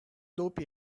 dope